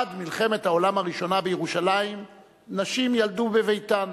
עד מלחמת העולם הראשונה בירושלים נשים ילדו בביתן,